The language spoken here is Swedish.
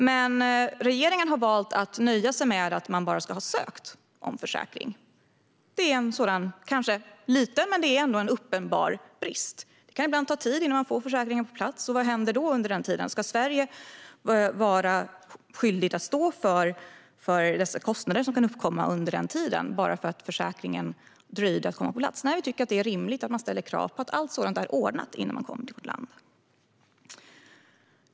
Men regeringen har valt att nöja sig med att man bara ska ha ansökt om försäkring. Det är en kanske liten men ändå uppenbar brist. Det kan ibland ta tid innan man får försäkringen på plats. Vad händer då under den tiden? Ska Sverige vara skyldigt att stå för de kostnader som kan uppkomma under den tiden bara för att det dröjde innan försäkringen kom på plats? Nej, vi tycker att det är rimligt att man ställer krav på att allt sådant är ordnat innan man kommer till vårt land.